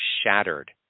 shattered